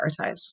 prioritize